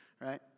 right